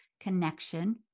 connection